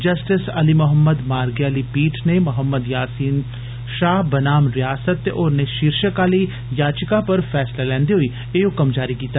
justice Ali Mohammad मारगे आली पीठ नै ''मोहम्मद यासीन शाह बनाम रिआसत ते होरने'' शीषर्क आली याचिका पर फैसला लैंदे हाई एह् हुक्म जारी कीता